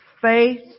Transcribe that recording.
faith